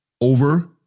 over